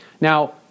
Now